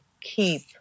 keep